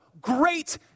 great